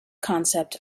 concept